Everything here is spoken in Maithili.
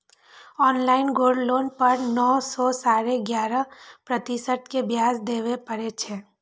ऑनलाइन गोल्ड लोन पर नौ सं साढ़े ग्यारह प्रतिशत के ब्याज देबय पड़ै छै